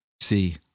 See